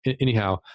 Anyhow